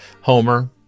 Homer